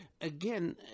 again